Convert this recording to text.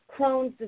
Crohn's